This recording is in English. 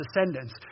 descendants